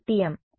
విద్యార్థి TM